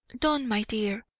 don't, my dear,